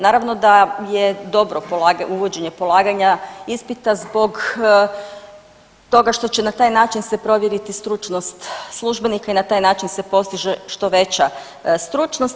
Naravno da je dobro uvođenje polaganja ispita zbog toga što se na taj način se provjeriti stručnost službenika i na taj način se postiže što veća stručnost.